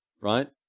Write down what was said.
right